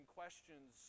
questions